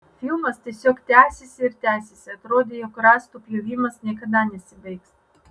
filmas tiesiog tęsėsi ir tęsėsi atrodė jog rąstų pjovimas niekada nesibaigs